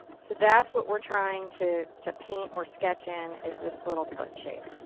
so that's what we're trying to to paint or sketch in is this little foot shape.